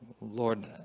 Lord